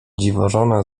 dziwożona